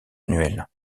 annuel